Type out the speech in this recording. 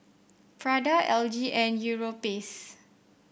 Prada L G and Europace